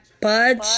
budge